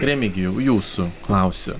remigijau jūsų klausiu